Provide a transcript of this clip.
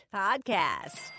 podcast